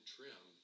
Trim